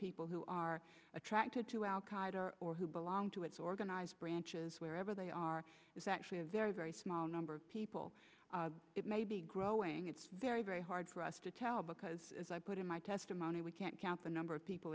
people who are attracted to al qaeda or who belong to its organized branches wherever they are is actually a very very small number of people it may be growing it's very very hard for us to tell because as i put in my testimony we can't count the number of people